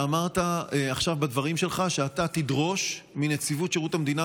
אתה אמרת עכשיו בדברים שלך שאתה תדרוש מנציבות שירות המדינה,